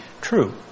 true